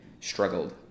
struggled